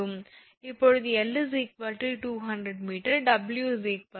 இப்போது 𝐿 200 𝑚 𝑊 0